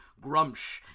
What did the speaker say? grumsh